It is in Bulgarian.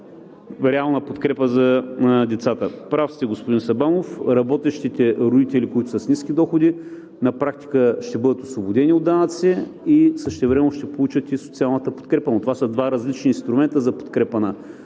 реална подкрепа за децата. Прав сте, господин Сабанов, работещите родители, които са с ниски доходи, на практика ще бъдат освободени от данъци и същевременно ще получат и социалната подкрепа, но това са два различни инструмента за подкрепа на